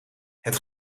het